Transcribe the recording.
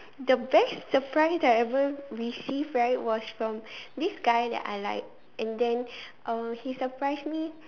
the best surprise I ever received right was from this guy that I like and then uh he surprise me